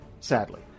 Sadly